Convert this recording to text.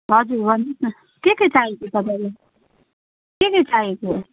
हजुर भन्नुहोस् न के के चाहिन्छ तपाईँलाई के के चाहिएको हो